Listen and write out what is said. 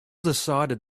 decided